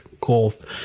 Golf